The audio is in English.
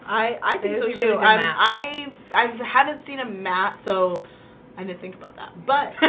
i i think so i i haven't seen a matt so i didn't think about that but